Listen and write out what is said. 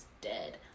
dead